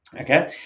Okay